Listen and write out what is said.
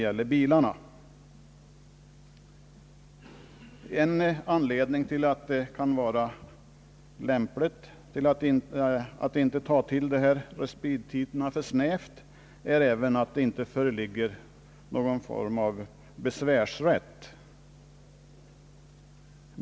Ytterligare en anledning till att det kan vara lämpligt att inte ta till respittiderna för snävt är att det inte skall finnas någon form av besvärsrätt.